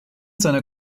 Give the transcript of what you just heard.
seiner